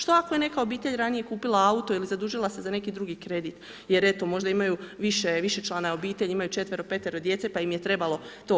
Što ako je neka obitelj ranije kupila auto ili zadužila se za neki drugi kredit jer eto, možda imaju više, višečlane obitelji imaju četvero, petero djece pa im je trebalo to.